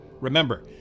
Remember